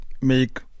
make